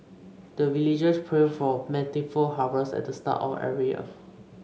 the villagers pray for plentiful harvest at the start of every year